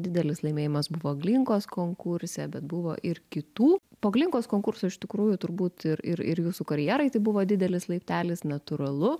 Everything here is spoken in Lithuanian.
didelis laimėjimas buvo glinkos konkurse bet buvo ir kitų po glinkos konkurso iš tikrųjų turbūt ir ir ir jūsų karjerai tai buvo didelis laiptelis natūralu